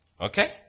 Okay